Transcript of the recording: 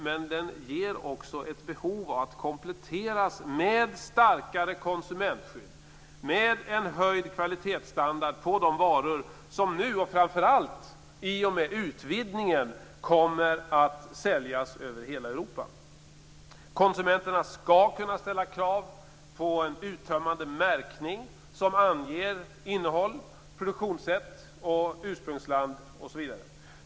Men den behöver kompletteras med starkare konsumentskydd och en höjd kvalitetsstandard på de varor som framför allt i och med utvidgningen kommer att säljas över hela Europa. Konsumenterna skall kunna ställa krav på en uttömmande märkning som anger innehåll, produktionssätt, ursprungsland osv.